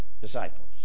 disciples